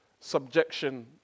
Subjection